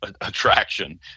attraction